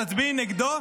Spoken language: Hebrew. את תצביעי נגדו?